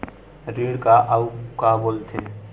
ऋण का अउ का बोल थे?